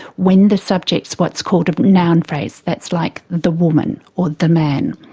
when the subject's what's called a noun phrase that's like the woman, or the man.